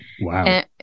wow